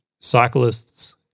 cyclists